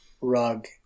Rug